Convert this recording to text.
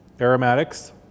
aromatics